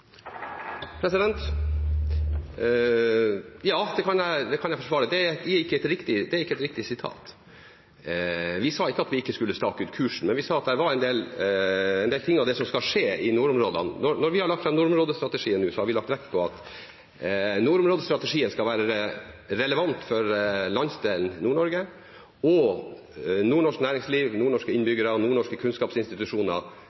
Det er ikke et riktig sitat. Vi sa ikke at vi ikke skulle stake ut kursen. Vi sa at det var en del ting som skal skje i nordområdene. Vi har lagt vekt på at nordområdestrategien skal være relevant for landsdelen Nord-Norge og nordnorsk næringsliv, nordnorske